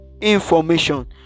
information